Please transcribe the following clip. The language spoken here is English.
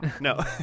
no